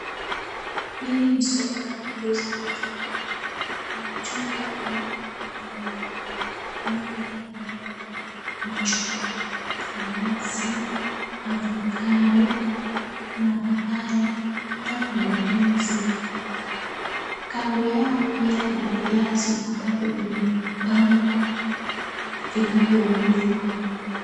Hili ni soko la kuuza matunda. Kuna matunda ya aina mbalimbali kama vile maembe, machungwa, nanasi, ovacado , kuna papaya, pia kuna ndizi. Kando yao pia kuna viazi ambavyo vimepangwa vinavyouzwa.